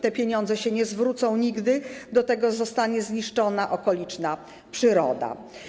Te pieniądze się nie zwrócą nigdy, do tego zostanie zniszczona okoliczna przyroda.